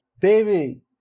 baby